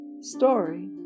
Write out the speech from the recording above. story